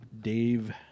Dave